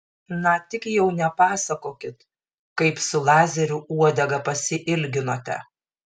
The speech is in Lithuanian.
na tik jau nepasakokit kaip su lazeriu uodegą pasiilginote